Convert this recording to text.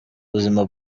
buzima